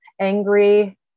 angry